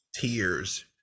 tears